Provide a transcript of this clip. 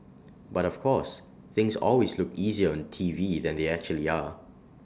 but of course things always look easier on T V than they actually are